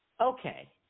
Okay